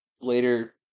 later